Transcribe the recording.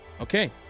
Okay